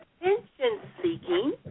attention-seeking